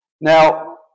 Now